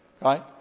Right